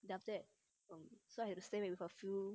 then after um so I had to stay back with a few